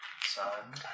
Sun